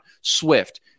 Swift